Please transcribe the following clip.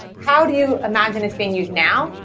how do you imagine it's being used now?